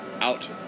out